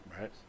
right